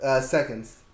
seconds